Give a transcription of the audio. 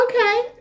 okay